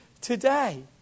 today